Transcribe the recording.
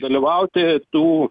dalyvauti tų